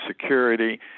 security